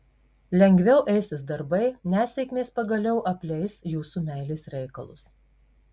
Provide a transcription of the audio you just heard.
lengviau eisis darbai nesėkmės pagaliau apleis jūsų meilės reikalus